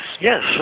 yes